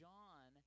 John